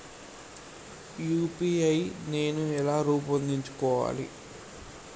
UPI నేను ఎలా రూపొందించుకోవాలి?